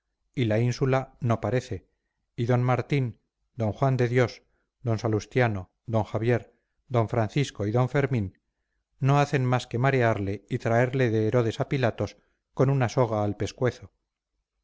y la ínsula no parece y d martín d juan de dios d salustiano d javier d francisco y d fermín no hacen más que marearle y traerle de herodes a pilatos con una soga al pescuezo